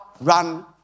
run